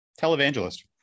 televangelist